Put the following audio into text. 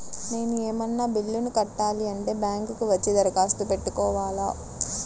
నేను ఏమన్నా బిల్లును కట్టాలి అంటే బ్యాంకు కు వచ్చి దరఖాస్తు పెట్టుకోవాలా?